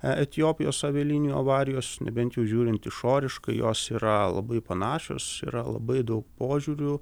etiopijos avialinijų avarijos nebent jau žiūrint išoriškai jos yra labai panašios yra labai daug požiūrių